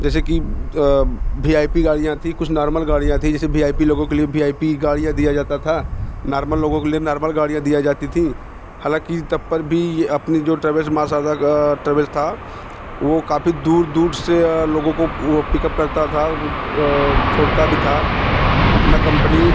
जैसे कि V I P गाड़ियाँ थी कुछ नॉर्मल गाड़ियाँ थी जैसे बी आई पी लोगों के लिए बी आई पी गाड़ियाँ दिया जाता था नार्मल लोगों के नार्मल गाड़ियाँ दिया जाती थी हालांकि तब पर भी ये अपनी जो ट्रेवल्स माँ शारदा का ट्रेवल्स था वो काफ़ी दूर दूर से लोगों को वो पिकअप करती थी वो छोड़ती भी थी अपनी कंपनी